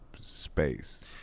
space